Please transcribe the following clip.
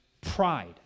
pride